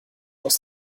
aus